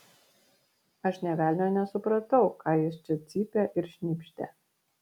aš nė velnio nesupratau ką jis čia cypė ir šnypštė